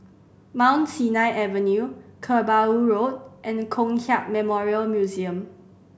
Mount Sinai Avenue Kerbau Road and Kong Hiap Memorial Museum